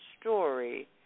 story